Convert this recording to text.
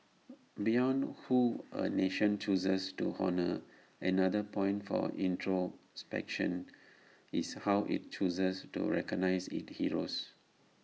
beyond who A nation chooses to honour another point for introspection is how IT chooses to recognise its heroes